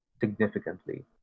significantly